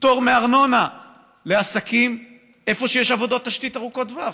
פטור מארנונה לעסקים איפה שיש עבודות תשתית ארוכות טווח: